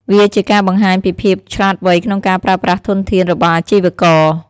វាជាការបង្ហាញពីភាពឆ្លាតវៃក្នុងការប្រើប្រាស់ធនធានរបស់អាជីវករ។